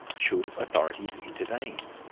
should authorities intervene?